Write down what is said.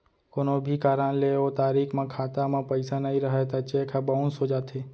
कोनो भी कारन ले ओ तारीख म खाता म पइसा नइ रहय त चेक ह बाउंस हो जाथे